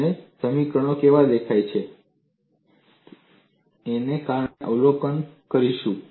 અને સમીકરણો કેવા દેખાય છે તેનું આપણે અવલોકન કરીશું